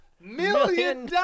million